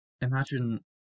Imagine